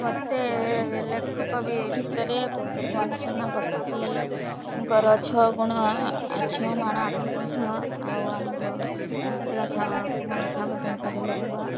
ଲେଖକ ବି ଭିତରେ ଫକୀର ମୋହନ ସେନାପତିଙ୍କର ଛଅ ଗୁଣ ଛଅ ମାଣ ଆଠ ଗୁଣ୍ଠ ଆଉ ଆମର କୁନ୍ତଳା କୁମାରୀ ସାବତଙ୍କର ଲେଖା